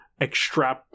Extrap